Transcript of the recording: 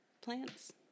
plants